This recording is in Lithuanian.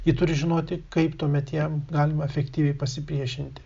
ji turi žinoti kaip tuomet jam galima efektyviai pasipriešinti